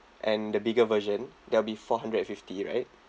and the bigger version that will be four hundred and fifty right